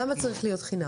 למה זה צריך להיות חינם?